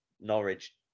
Norwich